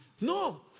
No